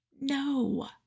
No